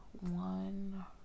one